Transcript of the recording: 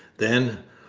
then,